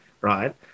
right